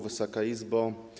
Wysoka Izbo!